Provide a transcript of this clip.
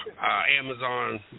Amazon